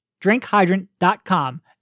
Drinkhydrant.com